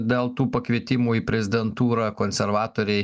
dėl tų pakvietimų į prezidentūrą konservatoriai